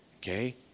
Okay